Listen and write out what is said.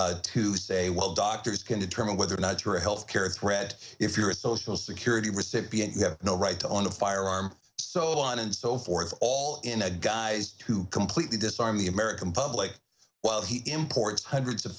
playbook to say well doctors can determine whether or not you're a health care threat if you're a social security recipient you have no right to own a firearm so on and so forth all in a guys to completely disarm the american public while he imports hundreds of